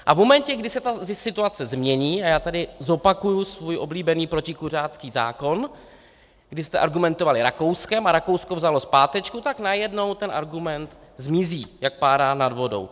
A v momentě, kdy se situace změní, a já tady zopakuji svůj oblíbený protikuřácký zákon, kdy jste argumentovali Rakouskem, a Rakousko vzalo zpátečku, tak najednou ten argument zmizí jak pára nad vodou.